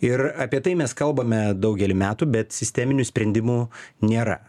ir apie tai mes kalbame daugelį metų bet sisteminių sprendimų nėra